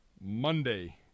Monday